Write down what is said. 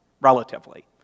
relatively